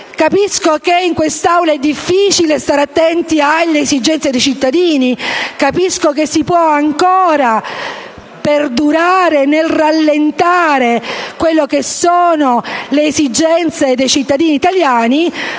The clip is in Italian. Capisco che in questa Assemblea è difficile stare attenti alle esigenze dei cittadini, capisco che si può perdurare nel rallentare la soluzione delle esigenze dei cittadini italiani,